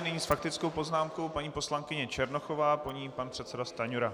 Nyní s faktickou poznámkou paní poslankyně Černochová, po ní pan předseda Stanjura.